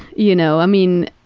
you know. i mean,